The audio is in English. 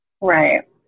Right